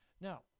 Now